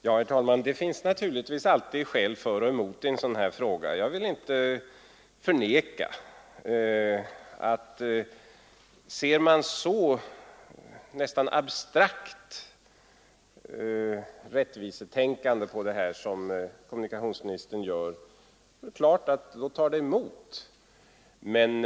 Herr talman! Det finns naturligtvis alltid skäl för och emot i en sådan här fråga. Anlägger man ett så nästan abstrakt rättvisetänkande på detta som kommunikationsministern gör är det klart att det tar emot — det vill jag inte förneka.